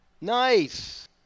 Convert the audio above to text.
Nice